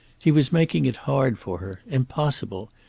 he was making it hard for her. impossible.